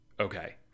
okay